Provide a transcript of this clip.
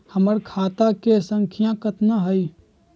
हमर खाता के सांख्या कतना हई?